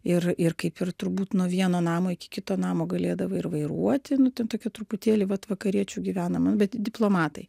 ir ir kaip ir turbūt nuo vieno namo iki kito namo galėdavai ir vairuoti nu ten tokia truputėlį vat vakariečių gyvenama bet diplomatai